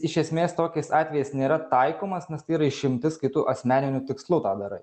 iš esmės tokiais atvejais nėra taikomas nes tai yra išimtis kai tu asmeniniu tikslu tą darai